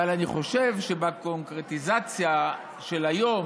אבל אני חושב שבקונקרטיזציה של היום,